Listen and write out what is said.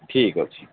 ଠିକ୍ ଅଛି